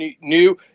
new